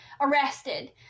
arrested